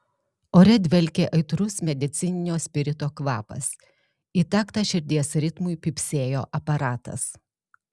ore dvelkė aitrus medicininio spirito kvapas į taktą širdies ritmui pypsėjo aparatas